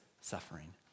suffering